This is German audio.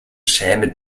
schäme